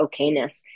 okayness